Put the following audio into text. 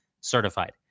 certified